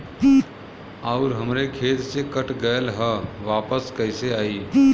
आऊर हमरे खाते से कट गैल ह वापस कैसे आई?